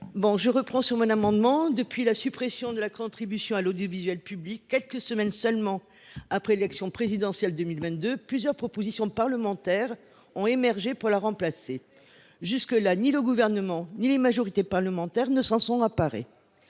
J’en reviens au présent amendement. Depuis la suppression de la contribution à l’audiovisuel public quelques semaines seulement après l’élection présidentielle de 2022, plusieurs propositions parlementaires ont émergé pour la remplacer. Jusqu’à présent, ni le Gouvernement ni les majorités parlementaires ne s’en sont emparés.